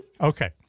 Okay